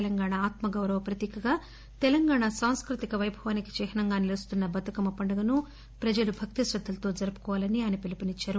తెలంగాణ ఆత్మ గౌరవ ప్రతీకగా తెలంగాణ సాంస్కృతిక పైభవానికి చిహ్పంగా నిలుస్తున్న బతుకమ్మ పండుగను ప్రజలు భక్తి శ్రద్దలతో జరుపుకోవాలని కేసీఆర్ పిలుపునిచ్చారు